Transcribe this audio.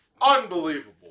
Unbelievable